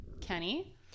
Kenny